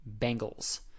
Bengals